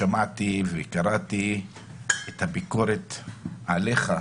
קראתי ביקורת עליך,